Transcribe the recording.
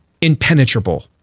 impenetrable